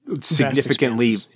significantly